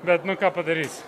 bet nu ką padarysi